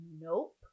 nope